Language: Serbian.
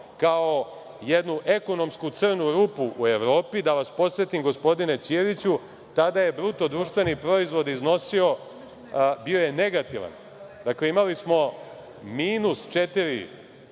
kao jednu ekonomsku crnu rupu u Evropi. Da vas podsetim, gospodine Ćiriću, tada je bruto društveni proizvod bio negativan, imali smo minut četiri